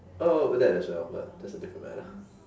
oh but that is a awkward that's a different matter